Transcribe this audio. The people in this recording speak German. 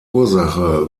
ursache